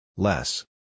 Less